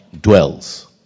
dwells